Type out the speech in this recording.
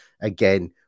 again